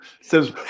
says